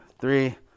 three